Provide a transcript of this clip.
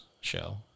Show